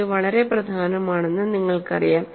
ഇത് വളരെ പ്രധാനമാണെന്ന് നിങ്ങൾക്കറിയാം